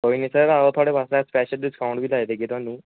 ठीक ऐ सर आओ थुआढ़े बास्तै स्पेशल डिस्काऊंट बी देगे थाह्नूं